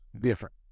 different